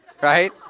Right